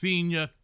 Senior